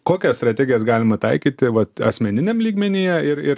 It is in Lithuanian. kokias strategijas galima taikyti vat asmeniniam lygmenyje ir ir